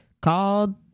called